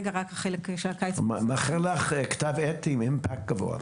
אני מאחל לך כתב עת עם אימפקט גבוה.